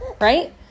right